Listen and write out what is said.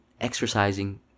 exercising